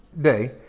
day